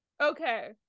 Okay